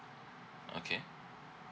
okay